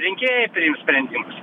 rinkėjai priims sprendimus